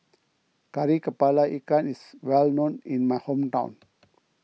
Kari Kepala Ikan is well known in my hometown